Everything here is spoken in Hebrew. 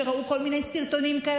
שראו כל מיני סרטונים כאלה,